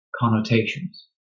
connotations